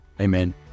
Amen